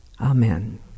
Amen